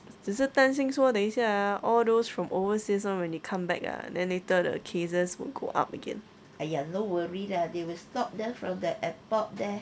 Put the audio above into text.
只是担心说等一下 ah all those from overseas [one] when they come back ah then later the cases will go up again